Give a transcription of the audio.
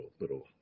little